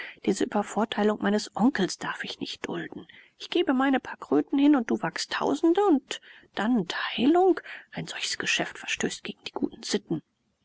diese übervorteilung meines onkels darf ich nicht dulden ich gebe meine paar kröten hin und du wagst tausende und dann teilung ein solches geschäft verstößt gegen die guten sitten